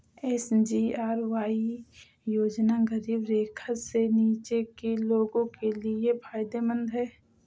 SGRY योजना गरीबी रेखा से नीचे के लोगों के लिए फायदेमंद है